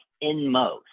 inmost